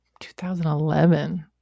2011